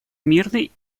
мирный